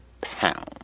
pound